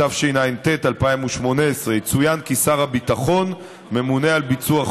התשע"ט 2018. בבקשה,